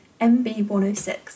MB106